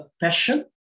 passion